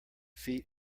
feet